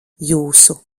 jūsu